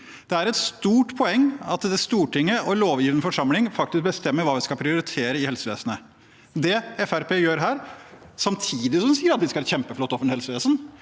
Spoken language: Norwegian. Det er et stort poeng at Stortinget og lovgivende forsamling faktisk bestemmer hva vi skal prioritere i helsevesenet. Det Fremskrittspartiet gjør – samtidig som de sier at vi skal ha et kjempeflott offentlig helsevesen